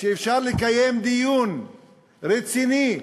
אפשר לקיים דיון רציני,